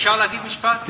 אפשר להגיד משפט?